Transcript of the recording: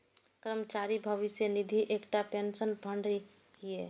कर्मचारी भविष्य निधि एकटा पेंशन फंड छियै